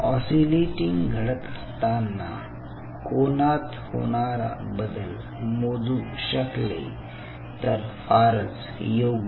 oscillating घडत असतांना कोणात होणारा बदल मोजू शकले तर फारच योग्य